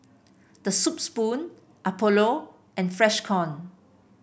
The Soup Spoon Apollo and Freshkon